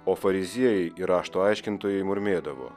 o fariziejai ir rašto aiškintojai murmėdavo